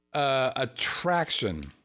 Attraction